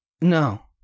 No